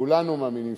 כולנו מאמינים,